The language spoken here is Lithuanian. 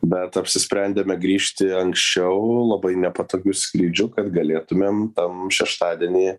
bet apsisprendėme grįžti anksčiau labai nepatogiu skrydžiu kad galėtumėm tą šeštadienį